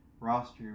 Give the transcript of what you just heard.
Roster